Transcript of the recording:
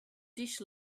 dish